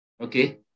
okay